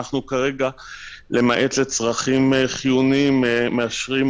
ולמעט לצרכים חיוניים אנחנו מאשרים,